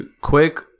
quick